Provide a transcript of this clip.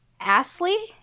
Asley